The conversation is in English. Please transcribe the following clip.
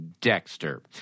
Dexter